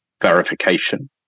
verification